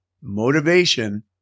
motivation